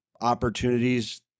opportunities